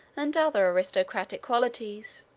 and other aristocratic qualities.